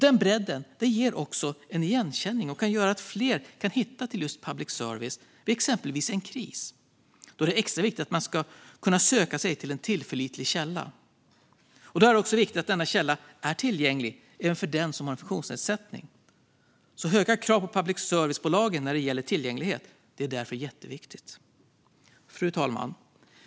Den bredden ger också en igenkänning och gör att fler kan hitta till public service vid exempelvis en kris då det är extra viktigt att kunna söka sig till en tillförlitlig källa. Då är det också viktigt att denna källa är tillgänglig även för den som har en funktionsnedsättning. Höga krav på public service-bolagen när det gäller tillgänglighet är därför mycket viktigt. Fru talman!